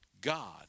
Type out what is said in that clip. God